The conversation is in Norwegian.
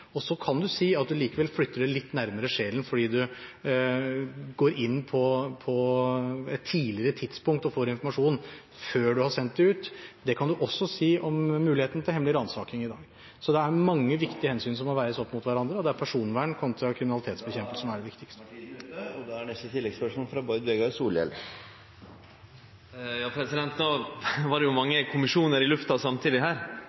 Så kan man si at man likevel flytter det litt nærmere sjelen fordi man går inn på et tidligere tidspunkt og får informasjon før man har sendt det ut. Det kan man også si om muligheten til hemmelig ransaking i dag. Så det er mange viktige hensyn som må veies opp mot hverandre, og det er personvern kontra kriminalitetsbekjempelse som er det viktigste. Da var tiden ute. Bård Vegar Solhjell – til oppfølgingsspørsmål. Det var mange kommisjonar i lufta samtidig her.